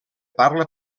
parla